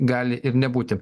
gali ir nebūti